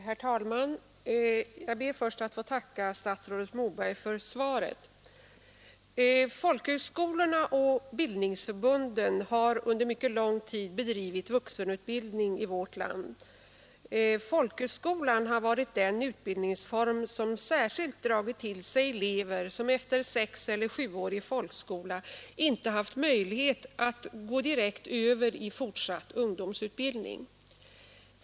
Herr talman! Jag ber först att få tacka statsrådet Moberg för svaret. Folkhögskolorna och bildningsförbunden har under mycket lång tid bedrivit vuxenutbildning i vårt land. Folkhögskolan har varit den utbildninsform som särskilt dragit till sig elever som efter sexeller sjuårig folkskola inte haft möjlighet att direkt gå över i fortsatt ungdomsutbildning.